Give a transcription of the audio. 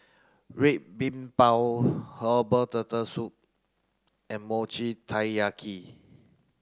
Red Bean Bao herbal turtle soup and Mochi Taiyaki